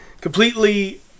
Completely